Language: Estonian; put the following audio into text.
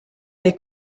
oli